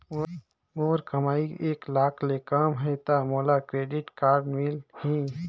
मोर कमाई एक लाख ले कम है ता मोला क्रेडिट कारड मिल ही?